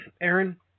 Aaron